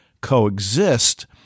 coexist